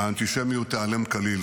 האנטישמיות תיעלם כליל.